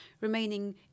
remaining